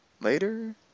Later